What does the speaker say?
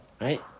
Right